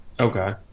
Okay